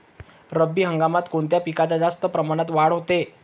रब्बी हंगामात कोणत्या पिकांची जास्त प्रमाणात वाढ होते?